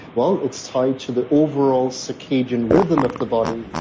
well, it's tied to the overall circadian rhythm of the body,